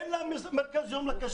אין לה מרכז יום לקשיש.